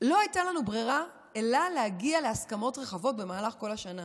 לא הייתה לנו בררה אלא להגיע להסכמות רחבות במהלך כל השנה.